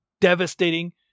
devastating